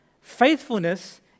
Faithfulness